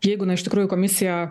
jeigu na iš tikrųjų komisija